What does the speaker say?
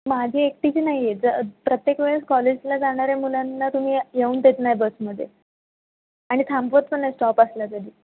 माझी एकटीची नाही आहे ज प्रत्येक वेळेस कॉलेजला जाणाऱ्या मुलांना तुम्ही येऊ देत नाही बसमध्ये आणि थांबवत पण नाही स्टॉप असला तरी